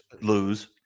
lose